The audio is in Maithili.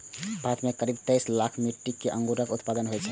भारत मे करीब तेइस लाख मीट्रिक टन अंगूरक उत्पादन होइ छै